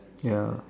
ya